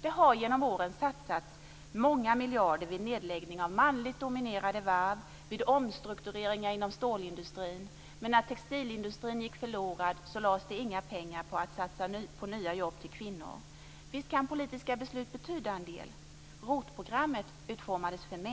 Det har genom åren satsats många miljarder vid nedläggning av manligt dominerade varv och vid omstruktureringar inom stålindustrin. Men när textilindustrin gick förlorad lades det inga pengar på att satsa på nya jobb till kvinnor. Visst kan politiska beslut betyda en del. ROT-programmet utformades för män.